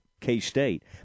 K-State